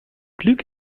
glück